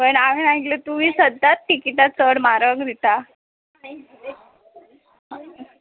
हय हांवेन आयले तुवी सद्दांच तिकीटां चड म्हारग दिता